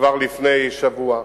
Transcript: כבר לפני שבוע,